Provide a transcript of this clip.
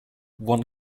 one